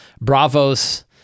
bravos